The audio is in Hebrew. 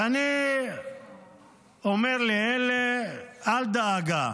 ואני אומר לאלה: אל דאגה,